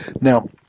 Now